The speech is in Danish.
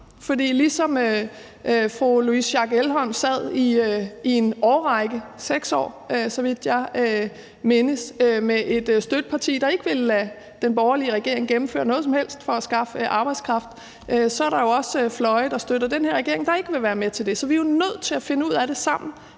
sad med et støtteparti, der i en årrække – 6 år, så vidt jeg mindes – ikke ville lade den borgerlige regering gennemføre noget som helst i forhold til at skaffe arbejdskraft, så er der jo også fløje, der støtter den her regering, der ikke vil være med til det. Så vi er jo nødt til at finde ud af det sammen